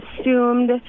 assumed